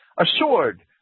assured